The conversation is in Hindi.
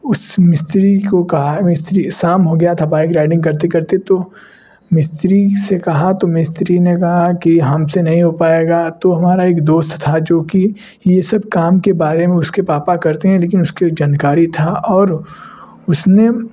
उस मिस्त्री को कहा मिस्त्री शाम हो गया था बाइक राइडिंग करते करते तो मिस्त्री से कहा तो मिस्त्री ने कहा कि हम से नहीं हो पाएगा तो हमारा एक दोस्त था जो कि ये सब काम के बारे में उसके पापा करते हैं लेकिन उसको जानकारी था और उसने